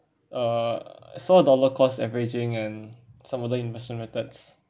uh saw dollar cost averaging and some other investment methods